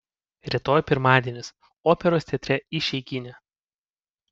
rytoj pirmadienis operos teatre išeiginė